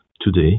today